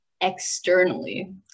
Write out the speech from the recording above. externally